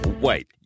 Wait